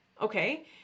Okay